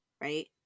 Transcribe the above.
right